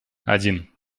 один